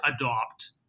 adopt